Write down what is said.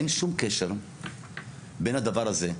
אין שום קשר בין הדבר הזה.